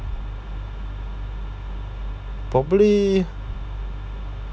probably